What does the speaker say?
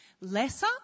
lesser